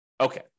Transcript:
Okay